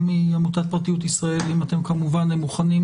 מעמותת פרטיות ישראל אם אתם כמובן מוכנים